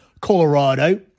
Colorado